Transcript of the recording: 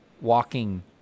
walking